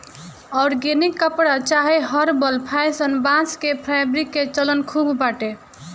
organic कपड़ा चाहे herbal fashion, बांस के फैब्रिक के चलन खूब बाटे